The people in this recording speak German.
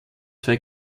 zwei